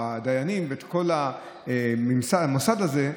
הדיינים ואת כל המוסד הזה,